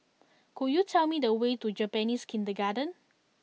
could you tell me the way to Japanese Kindergarten